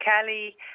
Kelly